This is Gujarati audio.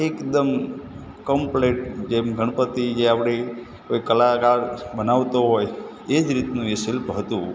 એકદમ કમ્પલેટ જેમ ગણપતિ જે આપણે કોઇ કલાકાર બનાવતો હોય એ જ રીતનું એ શિલ્પ હતું